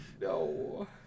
No